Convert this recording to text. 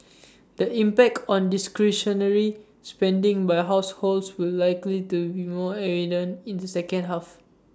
the impact on discretionary spending by households will likely to be more evident in the second half